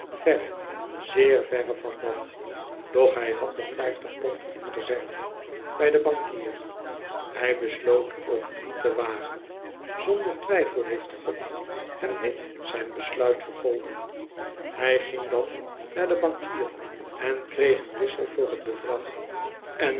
verre zeer verre van dat doch hij had nog vijftig pond in reserve bij den bankier hij besloot ook die te wagen zonder twijfel heeft gou hem dit zijn besluit vergolden hij ging dan naar den bankier en kreeg een wissel voor t bedrag en